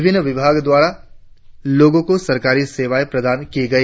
विभिन्न विभागों द्वारा लोगों को सरकारी सेवाएं प्रदान की गई